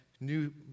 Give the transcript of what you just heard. new